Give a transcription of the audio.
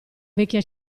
vecchia